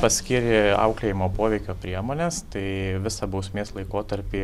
paskyrė auklėjimo poveikio priemones tai visą bausmės laikotarpį